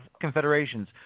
confederations